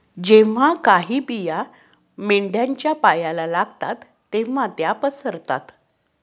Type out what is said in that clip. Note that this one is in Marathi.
जेव्हा काही बिया मेंढ्यांच्या पायाला लागतात तेव्हा त्या पसरतात